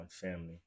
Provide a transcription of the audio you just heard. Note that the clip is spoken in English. family